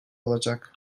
olacak